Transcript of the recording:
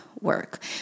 work